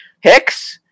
Hicks